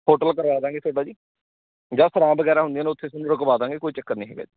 hotel ਕਰਵਾ ਦਾਂਗੇ ਤੁਹਾਡਾ ਜੀ ਜਾਂ ਸਰਾਂ ਵਗੈਰਾ ਹੁੰਦੀਆਂ ਨੇ ਉੱਥੇ ਤੁਹਾਨੂੰ ਰੁਕਵਾ ਦਾਂਗੇ ਕੋਈ ਚੱਕਰ ਨਹੀਂ ਜੀ ਫੇਰ